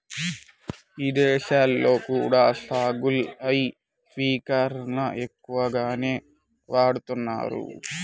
ఇదేశాల్లో కూడా సాగులో యీ స్పింకర్లను ఎక్కువగానే వాడతన్నారు